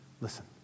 Listen